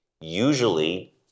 usually